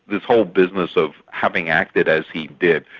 this whole business of having acted as he did,